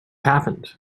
happened